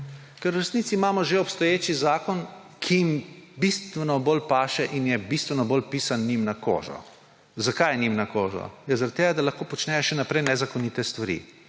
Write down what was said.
ker vresnici imamo že obstoječi zakon, ki bistveno bolj paše in je bistveno bolj pisan njim na kožo. Zakaj njim na kožo? Zaradi tega, da lahko počnejo še naprej nezakonite stvari.